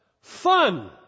fun